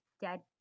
Dead